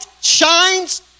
shines